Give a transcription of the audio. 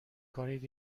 کنید